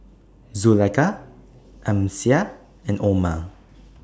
Zulaikha Amsyar and Omar